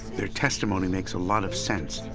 their testimony makes a lot of sense.